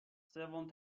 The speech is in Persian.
سوم